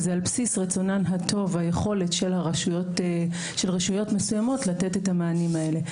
וזה על בסיס רצונן הטוב והיכולת של רשויות מסוימות לתת את המענים האלה.